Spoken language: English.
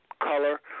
color